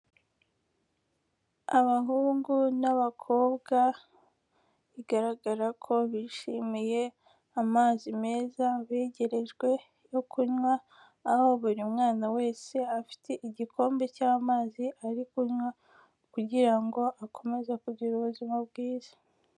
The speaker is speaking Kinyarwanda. Abahungu n'abakobwa bigaragara ko bishimiye amazi meza begerejwe yo kunywa, aho buri mwana wese afite igikombe cy'amazi ari kunywa kugira ngo akomeze kugira ubuzima bwiza.